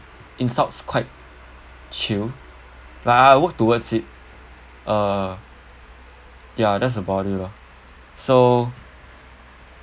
insults quite chill like I work towards it uh ya that's about it lor so